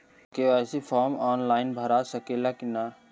KYC form online भरा सकला की ना?